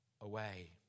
away